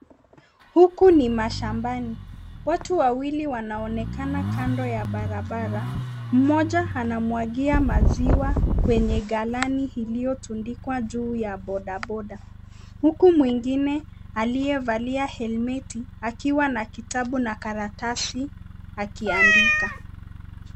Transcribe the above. Huku ni mashambani. Watu wawili wanaonekana kando ya barabara. Mmoja anamwagia maziwa kwenye galani iliyotundikwa juu ya boda boda. Huku mwingine aliyevalia helmti akiwa na kitabu na karatasi akiandika.